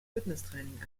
fitnesstraining